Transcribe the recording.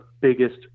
biggest